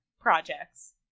projects